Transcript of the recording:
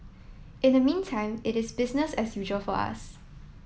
in the meantime it is business as usual for us